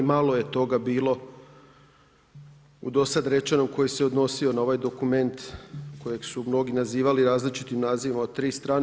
Malo je toga bilo u dosad rečenom koji se odnosio na ovaj dokument kojeg su mnogi nazivali različitim nazivima od 3 strane.